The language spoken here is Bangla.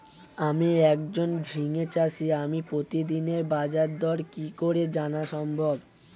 আমি একজন ঝিঙে চাষী আমি প্রতিদিনের বাজারদর কি করে জানা সম্ভব?